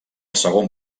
segon